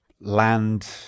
land